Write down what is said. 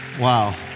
Wow